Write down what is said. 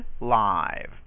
live